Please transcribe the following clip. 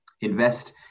Invest